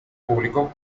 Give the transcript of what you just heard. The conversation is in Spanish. publicó